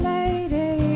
Lady